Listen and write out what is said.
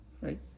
right